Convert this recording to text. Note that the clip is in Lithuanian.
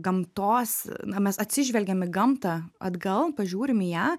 gamtos na mes atsižvelgiam į gamtą atgal pažiūrim į ją